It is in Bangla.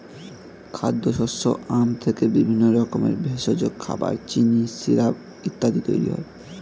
খাদ্যশস্য আখ থেকে বিভিন্ন রকমের ভেষজ, খাবার, চিনি, সিরাপ ইত্যাদি তৈরি হয়